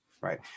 right